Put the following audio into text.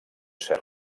cert